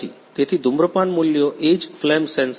તેથી ધૂમ્રપાન મૂલ્યો એ જ ફ્લેમ સેન્સર છે